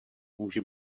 může